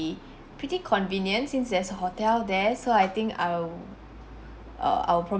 pretty convenient since there's a hotel there so I think I'll err I will proba~